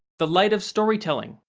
the light of storytelling,